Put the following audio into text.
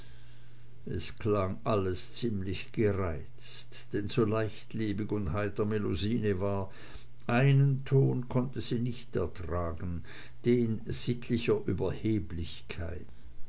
es klang alles ziemlich gereizt denn so leichtlebig und heiter melusine war einen ton konnte sie nicht ertragen den sittlicher überheblichkeit